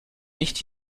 nicht